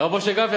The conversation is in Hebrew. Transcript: הרב משה גפני,